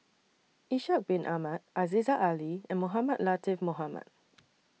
Ishak Bin Ahmad Aziza Ali and Mohamed Latiff Mohamed